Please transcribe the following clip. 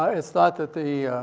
ah it's thought that the,